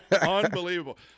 unbelievable